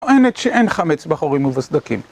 טוענת שאין חמץ בחורים ובסדקים